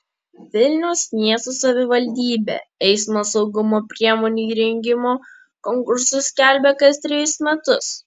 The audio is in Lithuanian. vilniaus miesto savivaldybė eismo saugumo priemonių įrengimo konkursus skelbia kas trejus metus